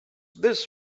this